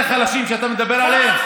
אלה החלשים שאתה מדבר עליהם?